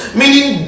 meaning